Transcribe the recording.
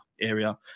area